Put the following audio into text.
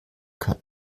kann